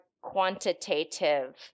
quantitative